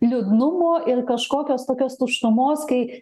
liūdnumo ir kažkokios tokios tuštumos kai